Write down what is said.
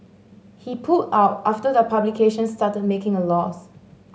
he pulled out after the publication started making a loss